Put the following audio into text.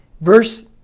Verse